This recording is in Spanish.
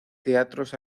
teatros